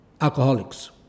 alcoholics